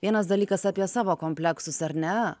vienas dalykas apie savo kompleksus ar ne